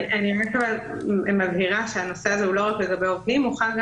אני מבהירה שהנושא הזה הוא לא רק לגבי עובדים אלא הוא חל גם